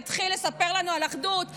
והתחיל לספר לנו על אחדות.